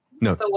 no